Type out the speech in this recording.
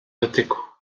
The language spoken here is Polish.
dotyku